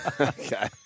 Okay